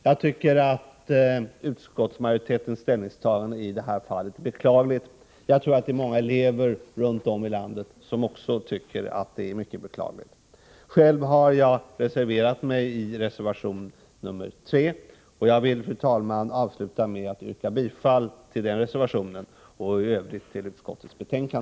Jag tycker att utskottsmajoritetens ställningstagande i det här fallet är beklagligt. Det är många elever runt om i landet som också tycker att det är mycket beklagligt. Själv har jag reserverat mig i reservation nr 3. Jag vill, fru talman, avsluta med att yrka bifall till denna reservation och i övrigt till utskottets hemställan.